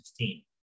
2016